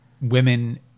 women